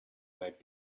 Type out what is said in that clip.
might